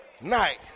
night